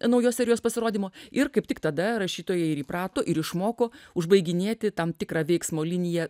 naujos serijos pasirodymo ir kaip tik tada rašytojai ir įprato ir išmoko užbaiginėti tam tikrą veiksmo liniją